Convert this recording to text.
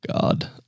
God